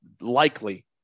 likely